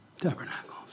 tabernacles